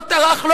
לא טרח,